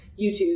YouTube